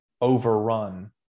overrun